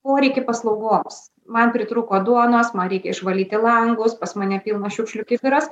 poreikį paslaugoms man pritrūko duonos man reikia išvalyti langus pas mane pilnas šiukšlių kibiras